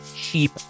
cheap